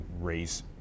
raise